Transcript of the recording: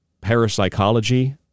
parapsychology